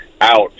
out